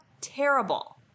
terrible